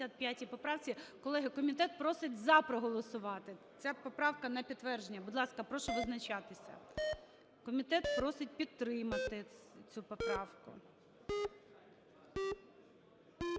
підтримати цю поправку.